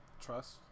Trust